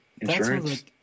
insurance